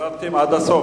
הורדתם עד הסוף,